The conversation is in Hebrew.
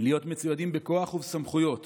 להיות מצוידים בכוח ובסמכויות